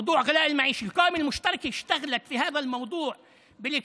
כואב להם, וזה יוקר המחיה.